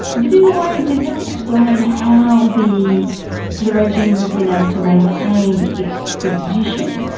but in a way, does that explain how the the regime has been able to maintain its position?